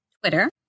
Twitter